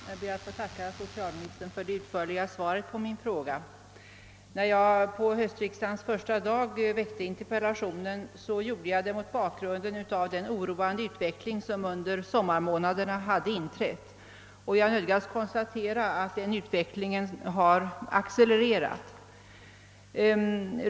Herr talman! Jag ber att få tacka Socialministern för det utförliga svaret på min fråga. När jag på höstriksdagens första dag framställde interpellationen var det mot bakgrunden av den oroande utveckling, som under sommarmånaderna hade inträtt. Jag nödgas konstatera att denna utveckling har accelererat.